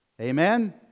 Amen